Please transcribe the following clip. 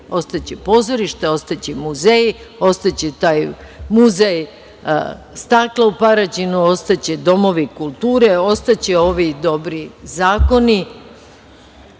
Ostaće pozorišta, ostaće muzeji, ostaće taj Muzej staklarstva u Paraćinu, ostaće domovi kulture, ostaće ovi dobri zakoni